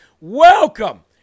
welcome